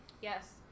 Yes